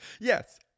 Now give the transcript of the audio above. Yes